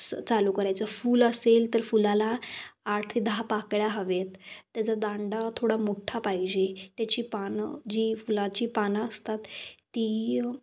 असं चालू करायचं फुल असेल तर फुलाला आठ ते दहा पाकळ्या हवे आहेत त्याचा दांडा थोडा मोठ्ठा पाहिजे त्याची पानं जी फुलाची पानं असतात ती